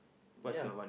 ya